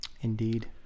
Indeed